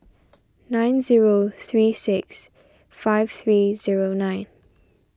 nine zero three six five three zero nine